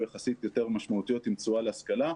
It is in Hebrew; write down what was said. יחסית יותר משמעותיות עם תשואה להשכלה,